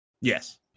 Yes